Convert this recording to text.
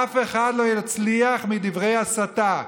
אף אחד לא יצליח בדברי הסתה.